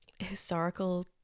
historical